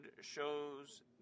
shows